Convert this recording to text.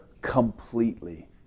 completely